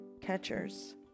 catchers